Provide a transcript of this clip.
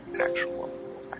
actual